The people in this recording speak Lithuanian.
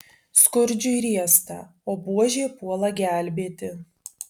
skurdžiui riesta o buožė puola gelbėti